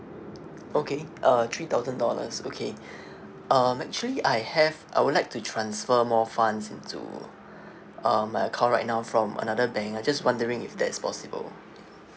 okay uh three thousand dollars okay um actually I have I would like to transfer more funds into um my account right now from another bank I just wondering if that's possible